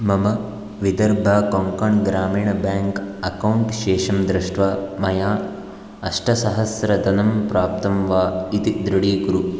मम Vidarbha Konkan Gramin bank account शेषं दृष्ट्वा मया अष्टसहस्रधनं प्राप्तं वा इति दृढीकुरु